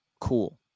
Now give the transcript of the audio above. cool